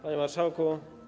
Panie Marszałku!